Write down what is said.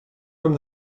from